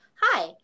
Hi